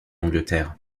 angleterre